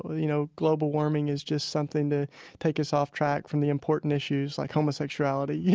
you know, global warming is just something that takes us off track from the important issues, like homosexuality, you